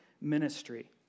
ministry